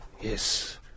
Yes